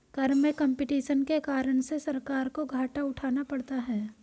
कर में कम्पटीशन के कारण से सरकार को घाटा उठाना पड़ता है